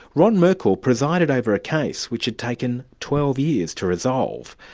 ron merkel presided over a case which had taken twelve years to resolve.